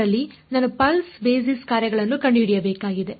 ಇದರಲ್ಲಿ ನಾನು pulse basis ಕಾರ್ಯಗಳನ್ನು ಕಂಡುಹಿಡಿಯಬೇಕಾಗಿದೆ